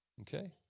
Okay